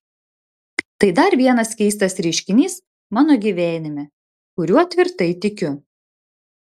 tai dar vienas keistas reiškinys mano gyvenime kuriuo tvirtai tikiu